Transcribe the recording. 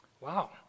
Wow